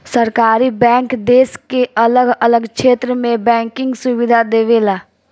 सहकारी बैंक देश के अलग अलग क्षेत्र में बैंकिंग सुविधा देवेला